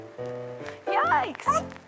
Yikes